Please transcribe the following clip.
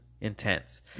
intense